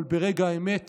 אבל ברגע האמת